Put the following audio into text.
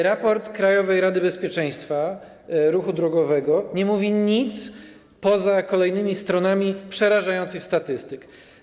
Raport Krajowej Rady Bezpieczeństwa Ruchu Drogowego nie mówi nic, to kolejne strony przerażających statystyk.